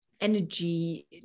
energy